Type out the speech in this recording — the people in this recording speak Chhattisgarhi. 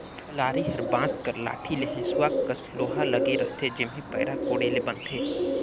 कलारी हर बांस कर लाठी मे हेसुवा कस लोहा लगे रहथे जेम्हे पैरा कोड़े ले बनथे